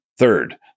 Third